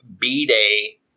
B-Day